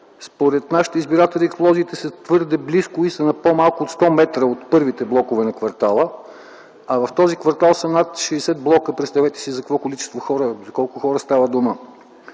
Според нашите избиратели, колоните са твърде близко и са на по-малко от 100 м от първите блокове на квартала, а в този квартал са над 60 блока. Представете си за колко хора става дума.